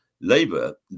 Labour